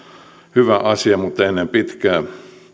hyvä asia mutta ennen pitkää